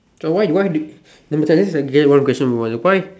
why why you number ten this is a J one one question for you why